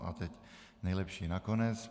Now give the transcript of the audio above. A teď nejlepší nakonec.